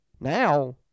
Now